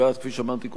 כפי שאמרתי קודם,